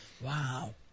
Wow